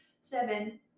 seven